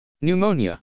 Pneumonia